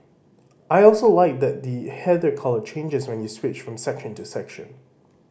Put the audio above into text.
I also like that the the header colour changes when you switch from section to section